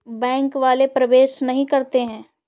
Bank वाले प्रवेश नहीं करते हैं?